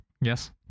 yes